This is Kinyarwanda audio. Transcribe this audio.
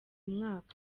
mwaka